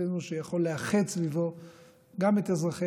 קונסנזוס שיכול לאחד סביבו גם את אזרחי